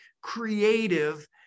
creative